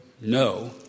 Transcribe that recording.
No